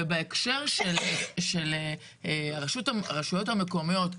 ובהקשר של הרשויות המקומיות,